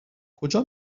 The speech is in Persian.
کجا